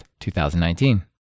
2019